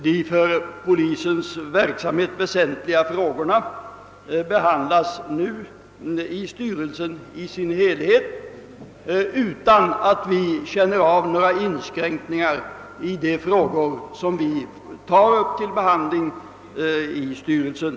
De för polisens verksamhet väsentliga frågorna behandlas av styrelsen i sin helhet, utan att det görs några inskränkningar i de frågor som vi vill ta upp till behandling i styrelsen.